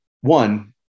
One